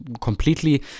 completely